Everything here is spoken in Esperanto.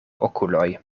okuloj